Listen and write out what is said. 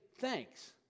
thanks